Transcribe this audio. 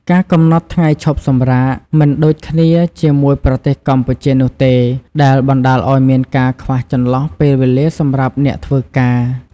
ការកំណត់ថ្ងៃឈប់សម្រាកមិនដូចគ្នាជាមួយប្រទេសកម្ពុជានោះទេ ដែលបណ្តាលឲ្យមានការខ្វះចន្លោះពេលវេលាសម្រាប់អ្នកធ្វើការ។